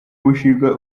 mushinga